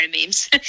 memes